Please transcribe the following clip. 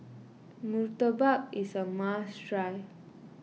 Murtabak is a must try